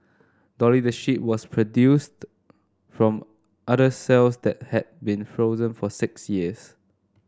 dolly the sheep was produced from udder cells that had been frozen for six years